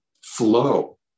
flow